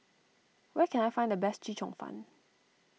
where can I find the best Chee Cheong Fun